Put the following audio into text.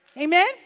Amen